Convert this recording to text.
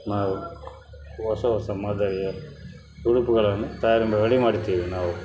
ನಾವು ಹೊಸ ಹೊಸ ಮಾದರಿಯ ಉಡುಪುಗಳನ್ನು ತಯಾರು ರೆಡಿ ಮಾಡುತ್ತೇವೆ ನಾವು